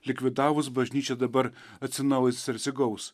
likvidavus bažnyčia dabar atsinaujins ir atsigaus